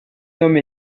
nomme